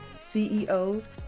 ceos